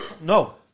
No